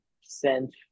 sent